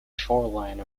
shoreline